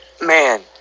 man